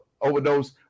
overdose